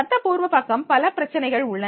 சட்டபூர்வ பக்கம் பல பிரச்சினைகள் உள்ளன